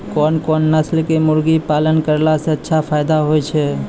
कोन कोन नस्ल के मुर्गी पालन करला से ज्यादा फायदा होय छै?